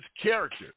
character